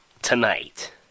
Tonight